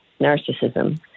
narcissism